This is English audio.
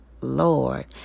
Lord